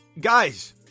guys